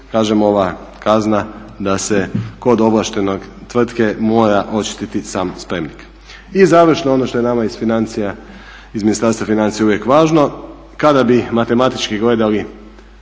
kažem ova kazna da se kod ovlaštene tvrtke mora očistiti sam spremnik. I završno ono što je nama iz Ministarstva financija uvijek važno, kada bi matematički gledali